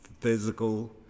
physical